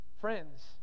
friends